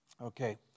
Okay